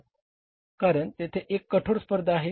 कारण तेथे एक कठोर स्पर्धा आहे